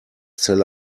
zelle